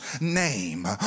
Name